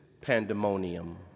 pandemonium